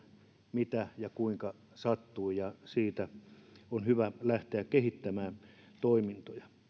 mitä ja kuinka sattui ja siitä on hyvä lähteä kehittämään toimintoja